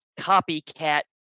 copycat